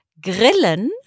grillen